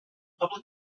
public